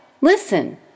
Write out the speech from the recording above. Listen